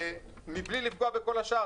מבלי לפגוע בכל השאר.